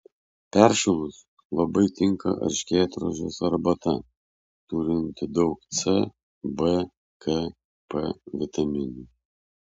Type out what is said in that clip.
peršalus labai tinka erškėtrožės arbata turinti daug c b k p vitaminų